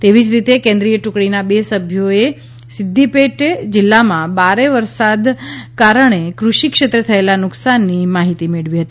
તેવી જ રીતે કેન્દ્રીય ટુકડીના બે સભ્યોએ સિદ્દીપેટ જિલ્લામાં ભારે વરસાદના કારણે કૃષિ ક્ષેત્રે થયેલા નુકસાનની માહિતી મેળવી હતી